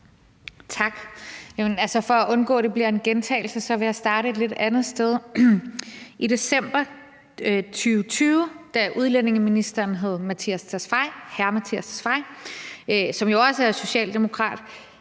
Tak. For at undgå, at det bliver en gentagelse, vil jeg starte et lidt andet sted. I december 2020, da udlændingeministeren hed hr. Mattias Tesfaye, som jo også er socialdemokrat,